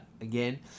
again